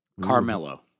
Carmelo